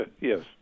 Yes